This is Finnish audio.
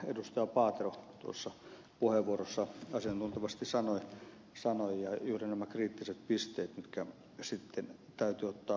paatero tuossa puheenvuorossa asiantuntevasti sanoi juuri näistä kriittisistä pisteistä mitkä sitten täytyy ottaa huomioon